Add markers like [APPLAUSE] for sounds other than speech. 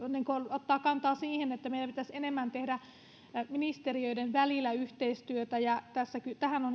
ottaa kantaa siihen että meidän pitäisi enemmän tehdä ministeriöiden välillä yhteistyötä ja tähän [UNINTELLIGIBLE]